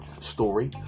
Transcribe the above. story